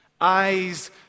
eyes